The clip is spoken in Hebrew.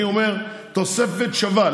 אני אומר: תוספת שווה.